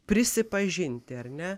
prisipažinti ar ne